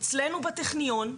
אצלנו בטכניון,